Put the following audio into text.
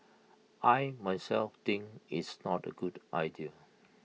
I myself think it's not A good idea